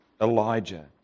Elijah